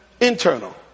internal